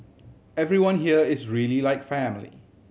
everyone here is really like family